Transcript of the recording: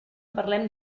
parlem